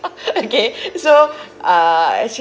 okay so uh